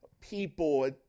people